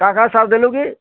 କାଏଁ କାଏଁ ସାର୍ ଦେଲୁ କି